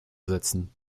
setzen